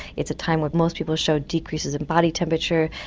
it's a time when most people showed decreases in body temperature,